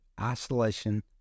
isolation